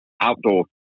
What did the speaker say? outdoor